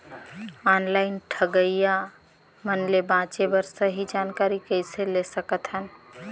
Online ठगईया मन ले बांचें बर सही जानकारी कइसे ले सकत हन?